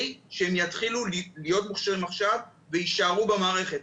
שהם יתחילו להיות מוכשרים עכשיו ויישארו במערכת.